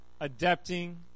adapting